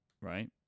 right